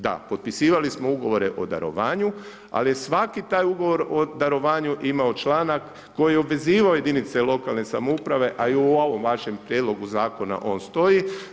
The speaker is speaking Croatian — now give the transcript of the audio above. Da potpisivali smo ugovore o darovanju, ali je svaki taj ugovor o darovanju, imao članak koji je obvezivao jedinice lokalne samouprave, a i u ovom vašem prijedlogu zakona on stoji.